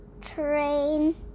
train